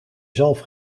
zalf